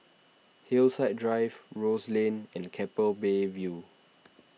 Hillside Drive Rose Lane and Keppel Bay View